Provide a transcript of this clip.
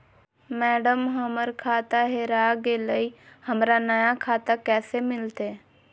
madam, हमर खाता हेरा गेलई, हमरा नया खाता कैसे मिलते